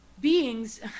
beings